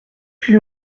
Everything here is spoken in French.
plus